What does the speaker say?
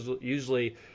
Usually